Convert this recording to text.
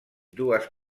dues